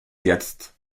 jetzt